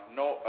no